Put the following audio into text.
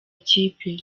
ikipe